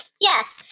Yes